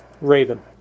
Raven